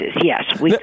yes